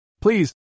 Please